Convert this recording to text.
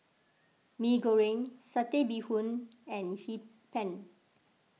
Mee Goreng Satay Bee Hoon and Hee Pan